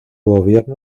gobierno